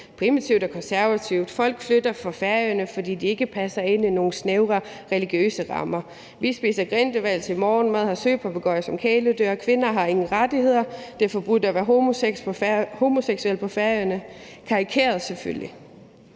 primitivt og konservativt, og at folk flytter fra Færøerne, fordi de ikke passer ind i nogle snævre religiøse rammer. Vi spiser grindehval til morgenmad, har søpapegøjer som kæledyr, kvinder har ingen rettigheder, det er forbudt at være homoseksuel på Færøerne. Det er selvfølgelig